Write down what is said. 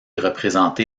représenté